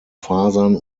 fasern